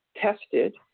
tested